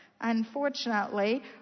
Unfortunately